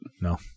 No